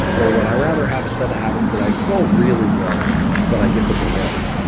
or would i rather have a set of habits that i don't really love but i get to belong?